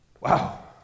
Wow